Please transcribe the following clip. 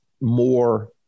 more